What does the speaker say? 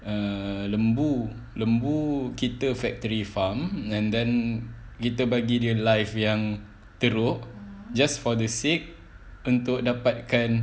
err lembu lembu kita factory farm and then kita bagi dia life yang teruk just for the sake untuk dapatkan